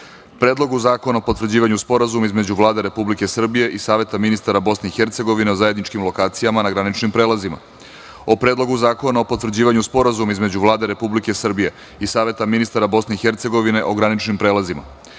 Predlogu zakona o potvrđivanju Sporazuma između Vlade Republike Srbije i Saveta ministara Bosne i Hercegovine o zajedničkim lokacijama na graničnim prelazima, Predlogu zakona o potvrđivanju Sporazuma između Vlade Republike Srbije i Saveta ministara Bosne i Hercegovine o graničnim prelazima,